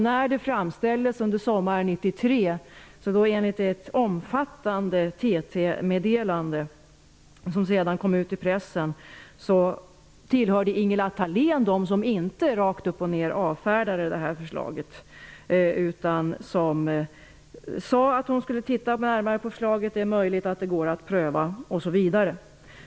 När det framställdes under sommaren 1993 tillhörde Ingela Thalén enligt ett omfattande TT-meddelande dem som inte rakt upp och ner avfärdade förslaget. Hon sade att hon närmare skulle titta på det.